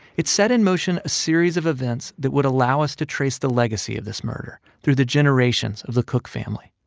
it set in motion a series of events that would allow us to trace the legacy of this murder through the generations of the cook family,